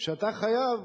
שאתה חייב